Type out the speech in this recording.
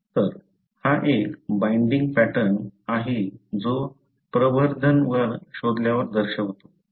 तर हा एक बाइंडिंग पॅटर्न आहे जो प्रवर्धनवर शोधल्यावर दर्शवतो